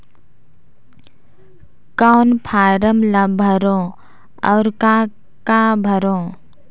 कौन फारम ला भरो और काका भरो?